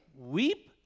weep